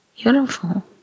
Beautiful